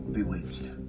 Bewitched